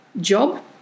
job